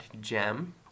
gem